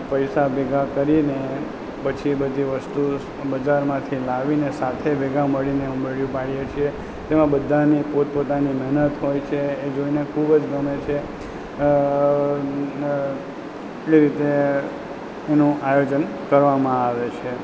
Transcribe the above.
પૈસા ભેગા કરીને પછી બધી વસ્તુ બજારમાંથી લાવીને સાથે ભેગા મળીને ઊંબાડિયું બાળીએ છીએ તેમાં બધાની પોતપોતાની મહેનત હોય છે એ જોઈને ખૂબ જ ગમે છે એ રીતે એનું આયોજન કરવામાં આવે છે